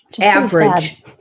Average